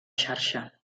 xarxa